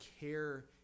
care